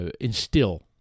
instill